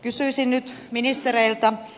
kysyisin nyt ministereiltä